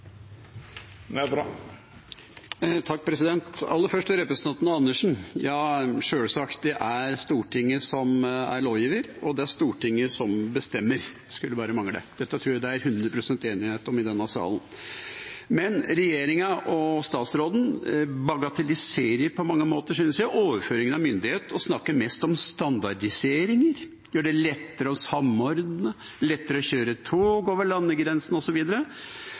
Aller først til representanten Andersen: Ja, sjølsagt, det er Stortinget som er lovgiver, og det er Stortinget som bestemmer. Det skulle bare mangle. Dette tror jeg det er 100 pst. enighet om i denne salen. Men regjeringa og statsråden bagatelliserer på mange måter overføringen av myndighet, synes jeg, og snakker mest om standardiseringer, å gjøre det lettere å samordne, lettere å kjøre tog over landegrensene